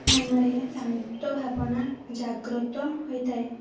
ମନରେ ଶାନ୍ତ ଭାବନା ଜାଗ୍ରତ ହୋଇଥାଏ